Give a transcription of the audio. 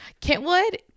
Kentwood